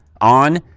on